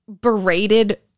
berated